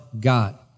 God